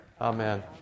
Amen